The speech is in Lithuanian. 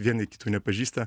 vieni kitų nepažįsta